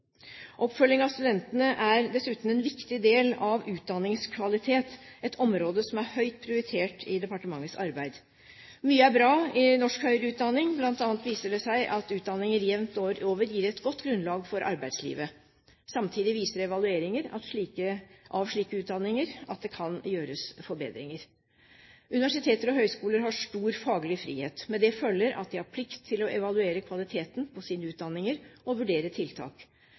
Oppfølging av studentene er dessuten en viktig del av utdanningskvalitet, et område som er høyt prioritert i departementets arbeid. Mye er bra i norsk høyere utdanning. Blant annet viser det seg at utdanninger jevnt over gir et godt grunnlag for arbeidslivet. Samtidig viser evalueringer av ulike utdanninger at det kan gjøres forbedringer. Universiteter og høyskoler har stor faglig frihet. Med det følger at de har plikt til å evaluere kvaliteten på sine utdanninger og vurdere tiltak.